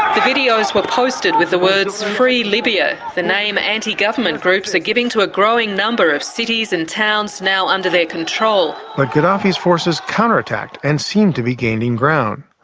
videos were posted with the words free libya' the name anti-government groups are giving to a growing number of cities and towns now under their control. but gaddafi's forces counterattacked and seemed to be gaining ground.